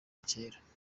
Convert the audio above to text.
kera